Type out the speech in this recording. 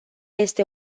este